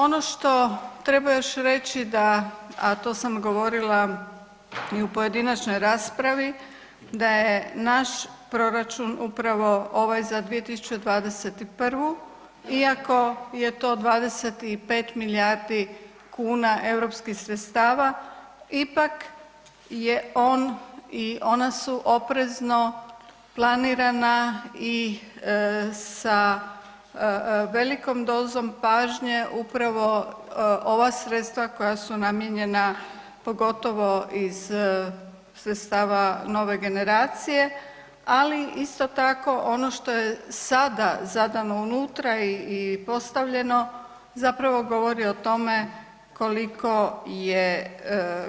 Ono što treba još reći da, a to sam govorila i u pojedinačnoj raspravi, da je naš proračun upravo ovaj za 2021. iako je to 25 milijardi kuna europskih sredstava, ipak je on i ona su oprezno planirana i sa velikom dozom pažnje upravo ova sredstva koja su namijenjena pogotovo iz sredstava Nove generacije, ali isto tako ono što je sada zadano unutra i postavljeno zapravo govori o tome koliko je,